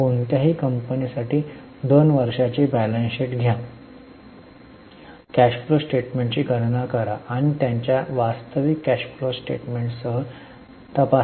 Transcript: कोणत्याही कंपनी साठी 2 वर्षांची ताळेबंद घ्या कॅश फ्लो स्टेटमेंटची गणना करा आणि त्यांच्या वास्तविक कॅश फ्लोस्टेटमेंटसह ठीक तपासा